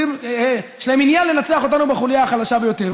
יש להם עניין לנצח אותנו בחוליה החלשה ביותר,